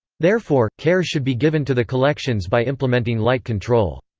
therefore, care should be given to the collections by implementing light control.